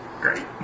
Great